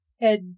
head